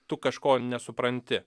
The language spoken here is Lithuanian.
tu kažko nesupranti